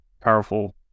powerful